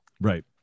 right